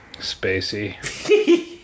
Spacey